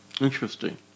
Interesting